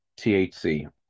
THC